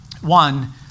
One